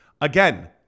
again